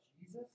Jesus